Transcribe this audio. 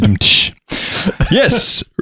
Yes